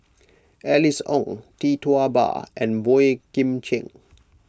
Alice Ong Tee Tua Ba and Boey Kim Cheng